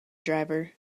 driver